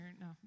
no